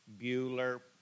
Bueller